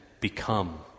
become